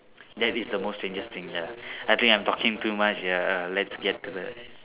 that is the most strangest thing ya I think I'm talking too much ya let's get to the